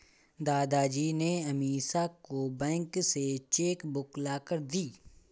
दादाजी ने अमीषा को बैंक से चेक बुक लाकर दी